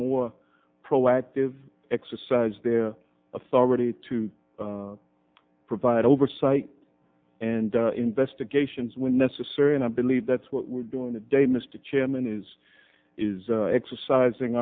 more proactive exercise their authority to provide oversight and investigations when necessary and i believe that's what we're doing today mr chairman is is exercising